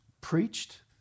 Preached